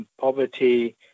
Poverty